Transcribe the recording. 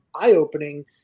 eye-opening